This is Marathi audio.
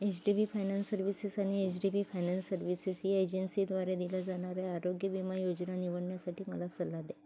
एच डी बी फयनान्स सव्हिसेस आणि H D B finance services या एजन्सीद्वारे दिल्या जाणाऱ्या आरोग्य विमा योजना निवडण्यासाठी मला सल्ला द्या